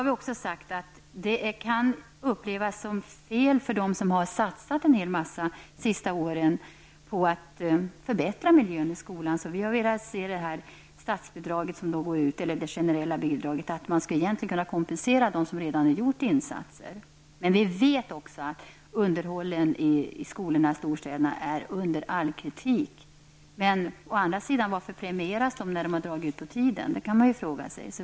Vi anser att det generella bidraget till miljöförbättrande åtgärder skall kunna användas för att kompensera dem som redan tidigare har gjort insatser för att förbättra miljöni skolan. Vi vet att underhållet av skolorna i storstäderna är under all kritik. Man kan fråga sig varför de som dragit ut på tiden med underhållet skall premieras.